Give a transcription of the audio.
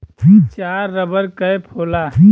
चार rubber cap होला